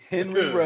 Henry